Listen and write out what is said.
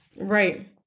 Right